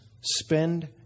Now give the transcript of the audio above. Spend